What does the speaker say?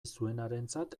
zuenarentzat